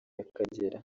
y’akagera